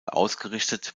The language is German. ausgerichtet